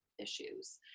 issues